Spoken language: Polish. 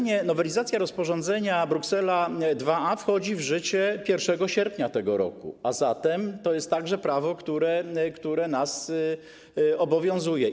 Nowelizacja rozporządzenia Bruksela IIa wchodzi w życie 1 sierpnia tego roku, a zatem to jest także prawo, które nas obowiązuje.